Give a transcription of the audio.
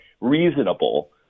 reasonable